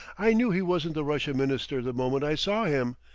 i knew he wasn't the russian minister the moment i saw him,